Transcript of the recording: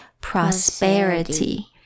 prosperity